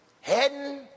heading